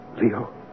Leo